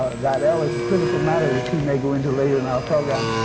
that l. is a critical matter, which he may go into later in our program.